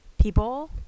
people